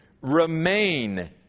Remain